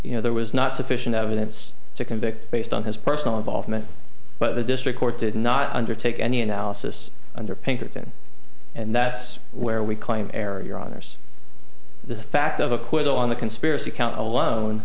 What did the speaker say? you know there was not sufficient evidence to convict based on his personal involvement but the district court did not undertake any analysis under pinkerton and that's where we claim area honors the fact of acquittal on the conspiracy count alone